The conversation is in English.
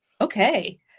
Okay